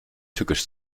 tückisch